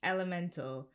Elemental